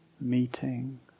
meeting